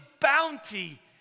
bounty